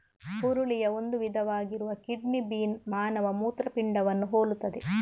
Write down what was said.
ಹುರುಳಿಯ ಒಂದು ವಿಧವಾಗಿರುವ kidney bean ಮಾನವ ಮೂತ್ರಪಿಂಡವನ್ನು ಹೋಲುತ್ತದೆ